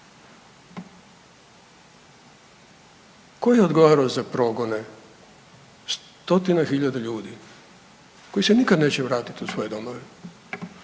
Tko je odgovarao za progone stotina hiljada ljudi koji se nikad neće vratiti u svoje domove?